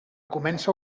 comença